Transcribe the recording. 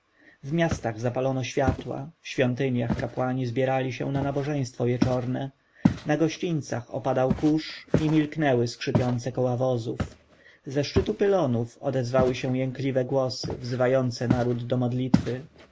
miastach zapalono światła w świątyniach kapłani zbierali się na nabożeństwo wieczorne na gościńcach opadał kurz i milknęły skrzypiące koła wozów ze szczytu pylonów odezwały się jękliwe głosy wzywające naród do modlitwy